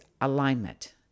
alignment